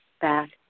Back